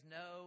no